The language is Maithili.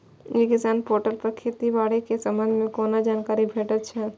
ई किसान पोर्टल पर खेती बाड़ी के संबंध में कोना जानकारी भेटय छल?